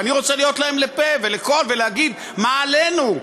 ואני רוצה להיות להם לפה ולקול ולהגיד: מה עלינו?